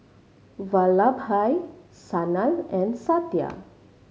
Vallabhbhai Sanal and Satya